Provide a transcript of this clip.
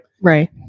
Right